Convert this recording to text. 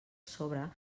sobre